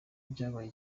byabaye